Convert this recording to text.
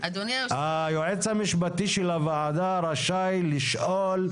היועץ המשפטי של הוועדה רשאי לשאול,